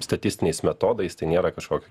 statistiniais metodais tai nėra kažkokie